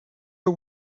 the